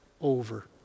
over